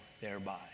thereby